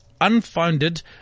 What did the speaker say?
unfounded